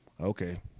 Okay